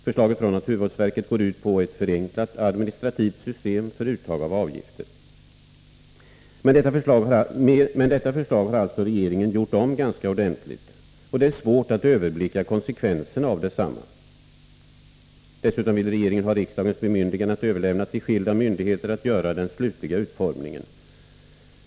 Förslaget från naturvårdsverket går ut på ett förenklat administrativt system för uttag av avgifter. Men detta förslag har alltså regeringen gjort om ganska ordentligt. Det är svårt att överblicka konsekvenserna av regeringens förslag. Dessutom vill regeringen ha riksdagens bemyndigande att överlämna till skilda myndigheter att göra den slutliga utformningen.